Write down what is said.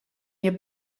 nie